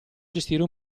gestire